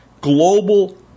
global